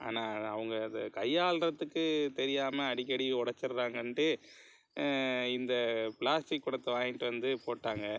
ஆனால் அவங்க அதை கையாள்கிறதுக்கு தெரியாமல் அடிக்கடி உடச்சுடுறாங்கன்ட்டு இந்த பிளாஸ்டிக் குடத்த வாங்கிட்டு வந்து போட்டாங்க